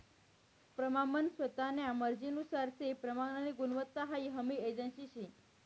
प्रमानन स्वतान्या मर्जीनुसार से प्रमाननी गुणवत्ता हाई हमी एजन्सी शे